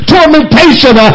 Tormentation